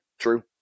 true